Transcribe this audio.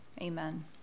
amen